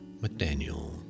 McDaniel